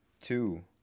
Two